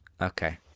okay